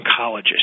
oncologist